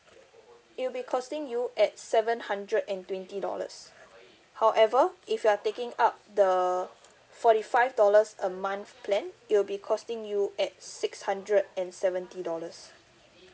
it will be costing you at seven hundred and twenty dollars however if you are taking up the forty five dollars a month plan it will be costing you at six hundred and seventy dollars